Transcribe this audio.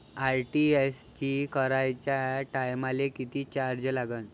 RTGS कराच्या टायमाले किती चार्ज लागन?